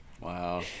wow